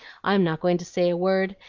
i'm not going to say a word,